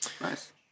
nice